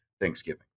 Thanksgiving